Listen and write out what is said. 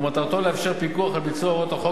ומטרתו לאפשר פיקוח על ביצוע הוראות החוק